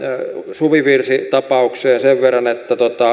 suvivirsitapaukseen sen verran että